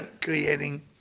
creating